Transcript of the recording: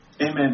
Amen